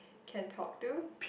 can talk to